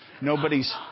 Nobody's